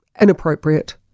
inappropriate